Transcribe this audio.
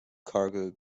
cargo